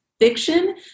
fiction